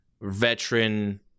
veteran